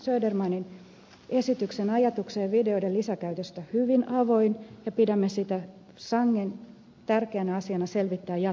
södermanin esityksen ajatukselle videoiden lisäkäytöstä hyvin avoin ja pidämme sitä sangen tärkeänä asiana selvittää jatkossa